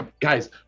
Guys